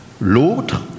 l'autre